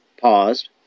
paused